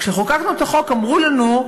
כשחוקקנו את החוק אמרו לנו,